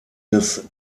des